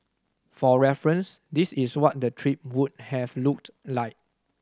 for reference this is what the trip would have looked like